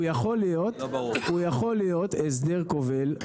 הוא יכול להיות הסדר כובל.